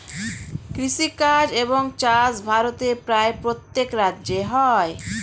কৃষিকাজ এবং চাষ ভারতের প্রায় প্রত্যেক রাজ্যে হয়